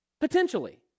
Potentially